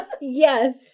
yes